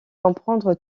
comprendre